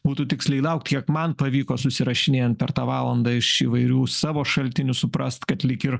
būtų tiksliai laukt kiek man pavyko susirašinėjant per tą valandą iš įvairių savo šaltinių suprast kad lyg ir